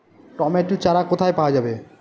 Tomato চারা কোথায় পাওয়া যাবে?